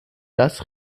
das